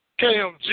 KMG